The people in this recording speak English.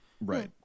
Right